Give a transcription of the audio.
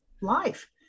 life